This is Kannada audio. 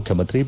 ಮುಖ್ಯಮಂತ್ರಿ ಬಿ